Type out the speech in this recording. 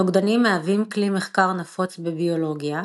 נוגדנים מהווים כלי מחקר נפוץ בביולוגיה,